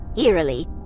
eerily